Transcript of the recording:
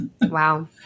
Wow